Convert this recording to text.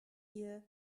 ihr